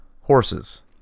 horses